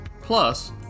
Plus